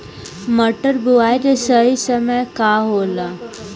मटर बुआई के सही समय का होला?